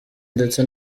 ndetse